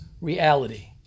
reality